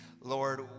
Lord